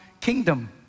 kingdom